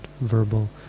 verbal